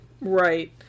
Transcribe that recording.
right